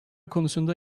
konusunda